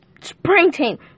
sprinting